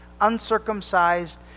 uncircumcised